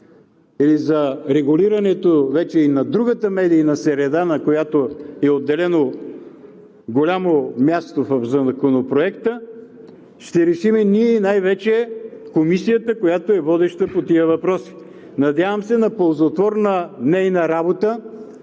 а и за регулирането вече и на другата медийна среда, на която е отделено голямо място в Законопроекта, ще решим ние, най-вече Комисията, която е водеща по тези въпроси. Надявам се на ползотворна нейна работа.